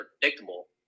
predictable